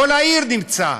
כל העיר נמצאת.